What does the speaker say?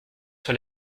sur